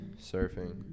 surfing